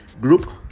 group